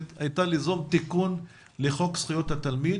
הייתה ליזום תיקון לחוק זכויות התלמיד